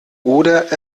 oder